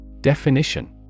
Definition